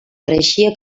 pareixia